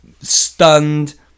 stunned